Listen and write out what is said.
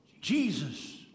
Jesus